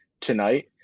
tonight